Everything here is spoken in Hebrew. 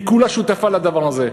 היא כולה שותפה לדבר הזה.